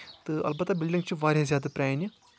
تہٕ اَلبتہ بِلڈنٛگ چھِ واریاہ زیادٕ پرٛانہِ